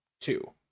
two